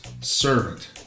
servant